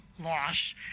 loss